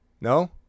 No